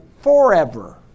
forever